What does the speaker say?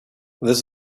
this